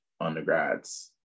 undergrads